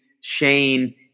shane